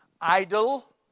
idle